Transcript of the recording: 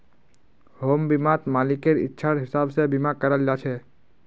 home बीमात मालिकेर इच्छार हिसाब से बीमा कराल जा छे